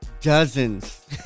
dozens